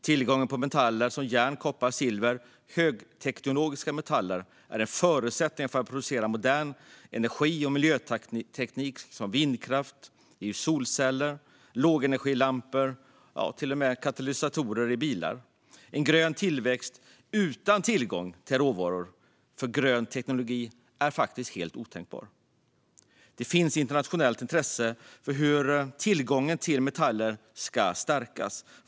Tillgången på metaller som järn, koppar, silver och högteknologiska metaller är en förutsättning för att producera modern energi och miljöteknik som vindkraft, solceller, lågenergilampor och till och med katalysatorer i bilar. En grön tillväxt utan tillgång till råvaror för grön teknologi är faktiskt helt otänkbar. Det finns ett internationellt intresse för hur tillgången till metaller ska stärkas.